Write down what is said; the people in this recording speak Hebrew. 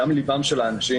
מדם לבם של האנשים